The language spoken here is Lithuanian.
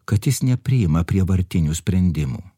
kad jis nepriima prievartinių sprendimų